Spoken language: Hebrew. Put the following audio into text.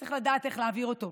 צריך לדעת איך להעביר אותו.